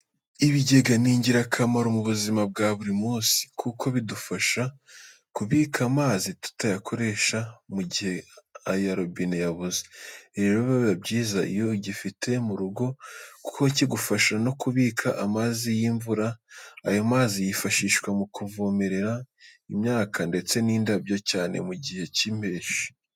Ibigega ni ingirakamaro mu buzima bwa buri munsi, kuko bidufasha kubika amazi tukayakoresha mu gihe aya robine yabuze, rero biba byiza iyo ugifite mu rugo kuko kigufasha no kubika amazi y'imvura. Ayo mazi yifashishwa mukuvomerera imyaka ndetse n'indabyo, cyane mu gihe cy'imbeshyi.